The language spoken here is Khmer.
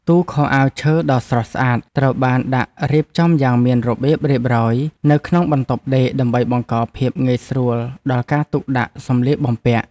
ទូខោអាវឈើដ៏ស្រស់ស្អាតត្រូវបានដាក់រៀបចំយ៉ាងមានរបៀបរៀបរយនៅក្នុងបន្ទប់ដេកដើម្បីបង្កភាពងាយស្រួលដល់ការទុកដាក់សម្លៀកបំពាក់។